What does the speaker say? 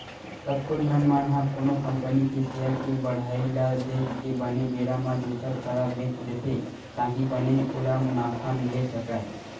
कतको झन मन ह कोनो कंपनी के सेयर के बड़हई ल देख के बने बेरा म दुसर करा बेंच देथे ताकि बने ओला मुनाफा मिले सकय